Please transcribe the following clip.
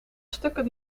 stukken